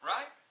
Right